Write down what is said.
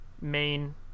main